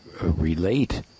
relate